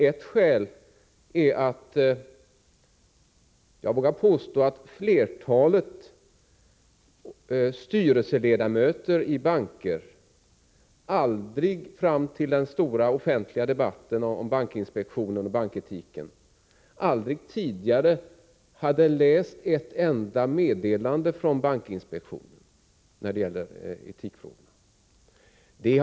Ett skäl, vågar jag påstå, är att ett flertal styrelseledamöter i bankerna fram till den stora offentliga debatten om bankinspektionen och banketiken aldrig hade läst ett enda meddelande från bankinspektionen om etikfrågor.